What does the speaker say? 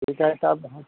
पैसा वैसा बहुत